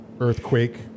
earthquake